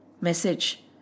message